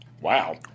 Wow